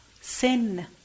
sin